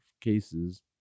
cases